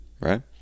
right